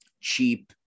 cheap